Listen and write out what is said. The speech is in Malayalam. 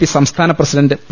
പി സംസ്ഥാന പ്രസിഡണ്ട് പി